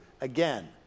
Again